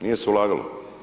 Nije se ulagalo.